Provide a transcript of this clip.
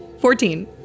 Fourteen